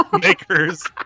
makers